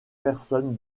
personne